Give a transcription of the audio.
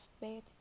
bed